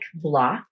block